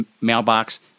mailbox